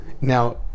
Now